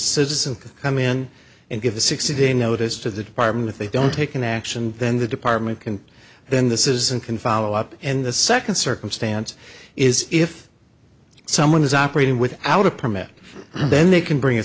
citizen can come in and give a sixty day notice to the department if they don't take an action then the department can then this is and can follow up and the second circumstance is if someone is operating without a permit then they can bring a